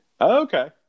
Okay